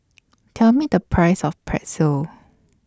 Tell Me The Price of Pretzel